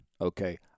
Okay